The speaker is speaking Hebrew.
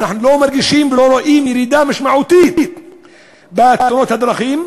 ואנחנו לא מרגישים ולא רואים ירידה משמעותית בתאונות הדרכים,